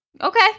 Okay